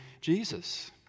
Jesus